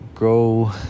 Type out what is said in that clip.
grow